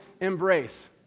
embrace